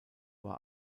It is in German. war